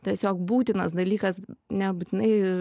tiesiog būtinas dalykas nebūtinai